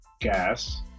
gas